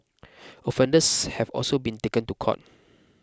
offenders have also been taken to court